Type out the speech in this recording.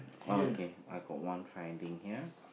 okay I got one finding ya